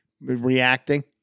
reacting